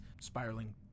spiraling